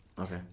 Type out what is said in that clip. Okay